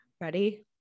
Ready